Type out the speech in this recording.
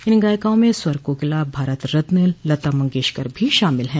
इन गायिकाओं में स्वर कोकिला भारत रत्न लता मंगेशकर भी शामिल है